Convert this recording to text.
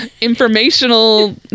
informational